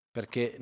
Perché